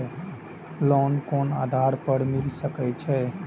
Loan कोन आधार पर मिल सके छे?